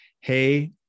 hey